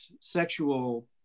sexual